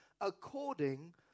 according